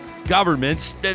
governments